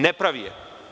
Ne pravi je.